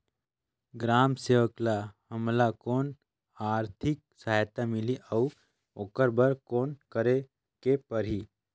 ग्राम सेवक ल हमला कौन आरथिक सहायता मिलही अउ ओकर बर कौन करे के परही?